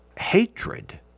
hatred